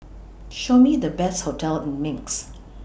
Show Me The Best hotels in Minsk